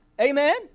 amen